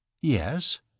Yes